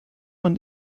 man